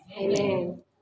Amen